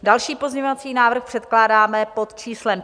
Další pozměňovací návrh předkládáme pod číslem 532.